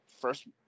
first